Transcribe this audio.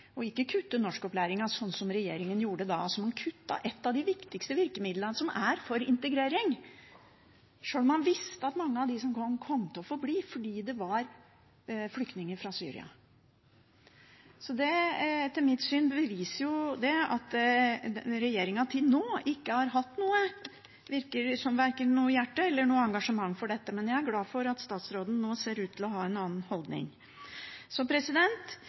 ikke kutte i norskopplæringen, slik som regjeringen gjorde. Man kuttet altså i et av de viktigste virkemidlene for integrering, sjøl om man visste at mange av dem som kom, kom til å få bli, fordi det var flyktninger fra Syria. Etter mitt syn beviser det at regjeringen til nå ikke har hatt, virker det som, verken et hjerte eller engasjement for dette. Men jeg er glad for at statsråden nå ser ut til å ha en annen holdning.